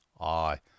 Aye